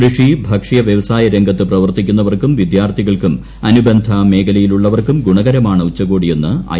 കൃഷി ഭക്ഷ്യ വ്യവസായ രംഗത്ത് പ്രവർത്തിക്കുന്നവർക്കും വിദ്യാർത്ഥികൾക്കും അനുബന്ധ മേഖലയിലുള്ളവർക്കും ഗുണകരമാണ് ഉച്ചകോടിയെന്ന് ഐ